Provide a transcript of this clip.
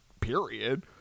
period